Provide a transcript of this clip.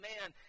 man